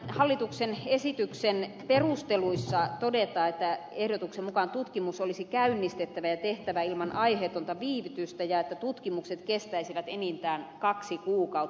hallituksen esityksen perusteluissa todetaan että ehdotuksen mukaan tutkimus olisi käynnistettävä ja tehtävä ilman aiheetonta viivytystä ja että tutkimukset kestäisivät enintään kaksi kuukautta